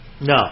No